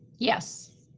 yes.